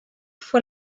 fue